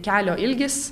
kelio ilgis